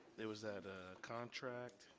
there was that ah contract.